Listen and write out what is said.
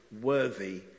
worthy